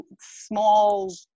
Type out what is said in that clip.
small